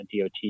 DOT